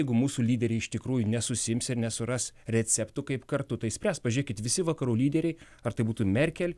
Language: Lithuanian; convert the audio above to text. jeigu mūsų lyderiai iš tikrųjų nesusiims ir nesuras receptų kaip kartu tai spręs pažiūrėkit visi vakarų lyderiai ar tai būtų merkel